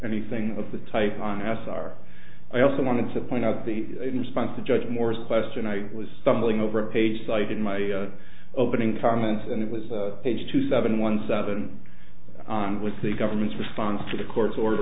anything of that type on as our i also want to point out the in response to judge moore's question i was stumbling over a page cited in my opening comments and it was a page two seven one seven on which the government's response to the court's or